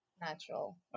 Natural